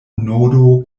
nodo